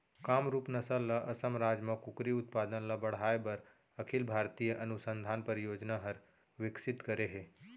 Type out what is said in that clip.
कामरूप नसल ल असम राज म कुकरी उत्पादन ल बढ़ाए बर अखिल भारतीय अनुसंधान परियोजना हर विकसित करे हे